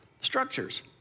structures